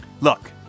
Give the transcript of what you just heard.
Look